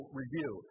review